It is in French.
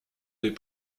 des